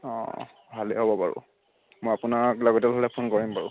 ভালে হ'ব বাৰু মই আপোনাক লগতে হ'লে ফোন কৰিম বাৰু